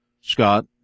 Scott